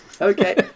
Okay